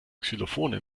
xylophone